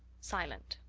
silent.